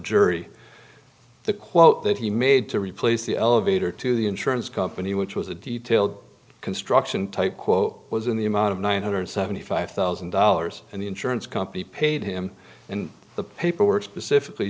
jury the quote that he made to replace the elevator to the insurance company which was a detailed construction type quote was in the amount of nine hundred seventy five thousand dollars and the insurance company paid him and the paperwork specifically